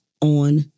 on